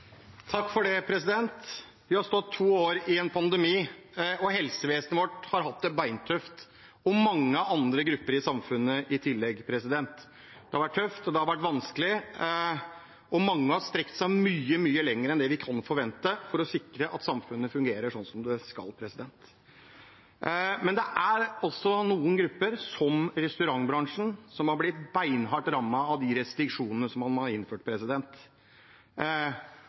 Vi har stått to år i en pandemi, og helsevesenet vårt har hatt det beintøft, og mange andre grupper i samfunnet i tillegg. Det har vært tøft, og det har vært vanskelig, og mange har strukket seg mye, mye lenger enn det vi kan forvente, for å sikre at samfunnet fungerer slik det skal. Men det er også noen grupper, som restaurantbransjen, som har blitt beinhardt rammet av de restriksjonene man har innført.